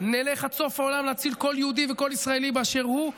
אנחנו נלך עד סוף העולם להציל כל יהודי וכל ישראלי באשר הוא,